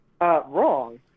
Wrong